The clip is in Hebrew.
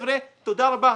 תודה רבה,